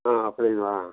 ஓ அப்டிங்களா